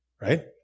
Right